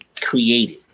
created